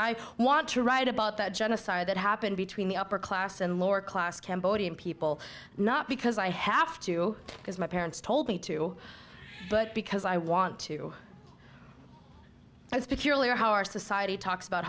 i want to write about the genocide that happened between the upper class and lower class cambodian people not because i have to because my parents told me to but because i want to i was purely how our society talks about